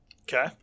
Okay